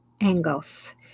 angles